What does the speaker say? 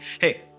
hey